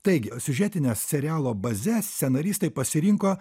taigi siužetines serialo bazes scenaristai pasirinko